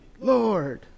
Lord